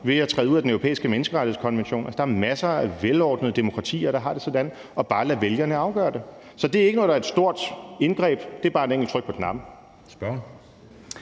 ved at træde ud af den europæiske menneskerettighedskonvention. Altså, der er jo masser af velordnede demokratier, der har det sådan, og som bare lader vælgerne afgøre det. Så det er ikke noget, der er et stort indgreb. Det er bare et enkelt tryk på knappen.